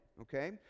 okay